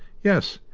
yes,